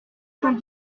cent